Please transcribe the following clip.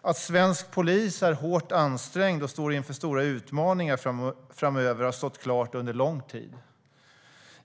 Att svensk polis är hårt ansträngd och står inför stora utmaningar framöver har stått klart under lång tid.